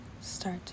start